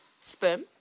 sperm